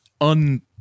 un-